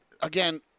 again